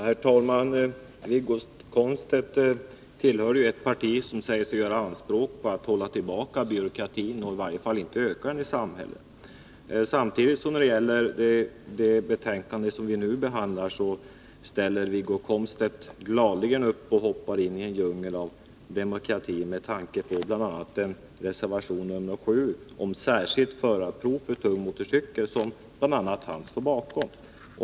Herr talman! Wiggo Komstedt tillhör ett parti som säger sig göra anspråk på att hålla tillbaka byråkratin eller i varje fall inte öka den i samhället. Samtidigt — när det gäller det betänkande som vi nu behandlar — ställer Wiggo Komstedt gladligen upp och hoppar in i en djungel av byråkrati genom bl.a. reservation nr 7 om särskilt förarprov för tung motorcykel, som bl.a. han står bakom.